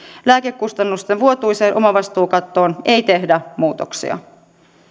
lääkekustannusten vuotuiseen omavastuukattoon ei tehdä muutoksia